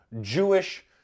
Jewish